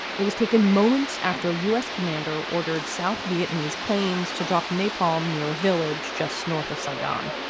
it was taken moments after a u s. commander ordered south vietnamese planes to drop napalm near a village just north of saigon.